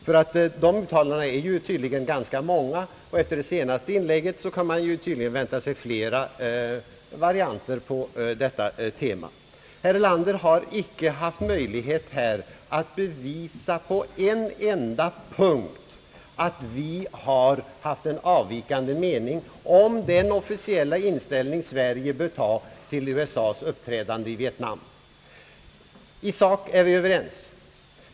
Dessa uttalanden är tydligen ganska många, och efter det senaste inlägget kan vi tydligen vänta oss flera varianter på detta tema. Herr Erlander har icke haft möjlighet att på en enda punkt bevisa, att vi har haft en avvikande mening om den officiella inställning Sverige bör ha i vietnamfrågan. I sak är vi alltså överens.